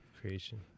creation